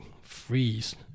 freeze